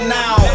now